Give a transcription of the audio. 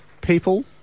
people